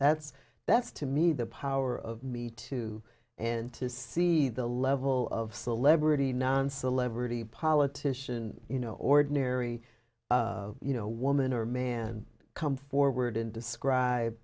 that's to me the power of me too and to see the level of celebrity non celebrity politician you know ordinary you know woman or man come forward and describe